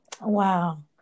Wow